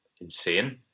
insane